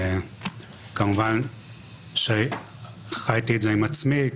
כמובן שחייתי את זה עם עצמי,